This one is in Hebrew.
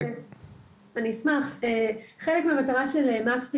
חלק מהמטרה של MAPS בישראל,